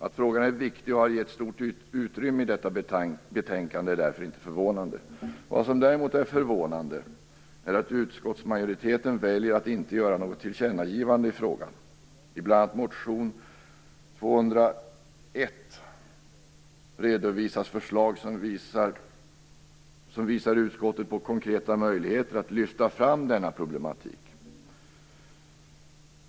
Att frågan är viktig och har givits stort utrymme i detta betänkande är därför inte förvånande. Vad som däremot är förvånande är att utskottsmajoriteten väljer att inte göra något tillkännagivande i frågan. I bl.a. motion Ub201 redovisas förslag som visar utskottet konkreta möjligheter att lyfta fram denna problematik.